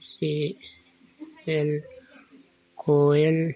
से एल कोयल